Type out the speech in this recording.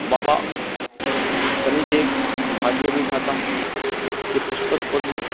बाबा शनिदेव भाग्य विधाताके पुस्तक पढ़लहुँ